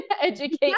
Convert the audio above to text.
educate